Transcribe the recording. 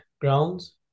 grounds